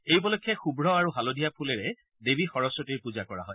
এই উপলক্ষে শুভ্ৰ আৰু হালধীয়া ফুলেৰে দেৱী সৰস্বতীৰ পূজা কৰা হয়